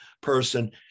person